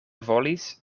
volis